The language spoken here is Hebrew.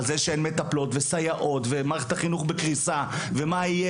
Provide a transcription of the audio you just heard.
על זה שאין מטפלות וסייעות ומערכת החינוך בקריסה ומה יהיה